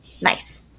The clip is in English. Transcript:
nice